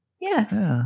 Yes